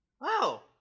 Wow